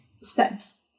steps